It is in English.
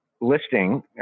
Listing